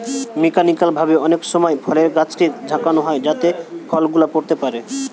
mechanical ভাবে অনেক সময় ফলের গাছকে ঝাঁকানো হয় যাতে ফল গুলা পড়তে পারে